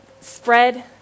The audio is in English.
spread